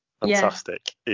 fantastic